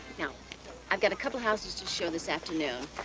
yeah i've got a couple of houses to show this afternoon.